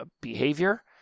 behavior